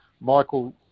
Michael